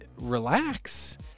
relax